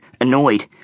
annoyed